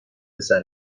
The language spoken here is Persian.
پسر